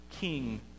king